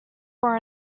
for